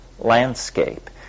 landscape